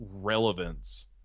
relevance